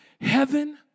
heaven